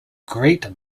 great